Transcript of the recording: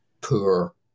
poor